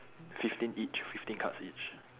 fifteen each fifteen cards each